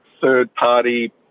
third-party